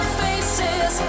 faces